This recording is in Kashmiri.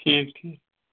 ٹھیٖک ٹھیٖک